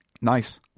Nice